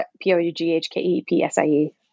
P-O-U-G-H-K-E-P-S-I-E